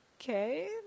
okay